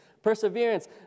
perseverance